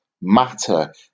matter